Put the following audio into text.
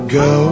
go